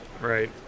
right